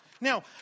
Now